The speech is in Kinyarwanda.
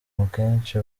akenshi